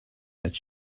its